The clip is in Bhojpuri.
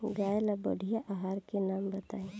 गाय ला बढ़िया आहार के नाम बताई?